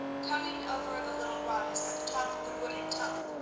coming over the little rise at the top of the wooded tongue,